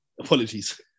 Apologies